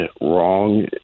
wrong